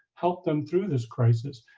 help them through this crisis,